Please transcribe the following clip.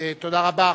תודה רבה.